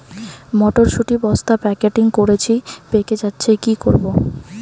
মটর শুটি বস্তা প্যাকেটিং করেছি পেকে যাচ্ছে কি করব?